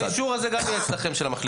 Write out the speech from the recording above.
את האישור הזה גם יש לכם, של המחליפים.